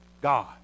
God